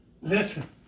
listen